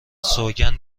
سوگند